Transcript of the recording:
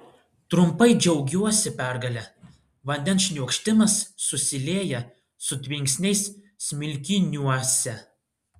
trumpai džiaugiuosi pergale vandens šniokštimas susilieja su tvinksniais smilkiniuose